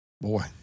boy